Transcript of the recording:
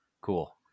Cool